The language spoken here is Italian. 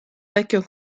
vecchio